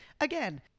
Again